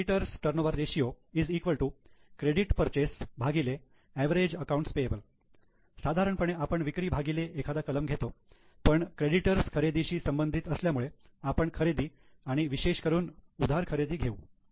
credit purchase creditors turnover ratio average accounts payable साधारणपणे आपण विक्री भागिले एखादा कलम घेतो पण क्रेडिटर्स खरेदीशी संबंधित असल्यामुळे आपण खरेदी आणि विशेष करून उधार खरेदी घेऊ